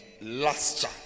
Luster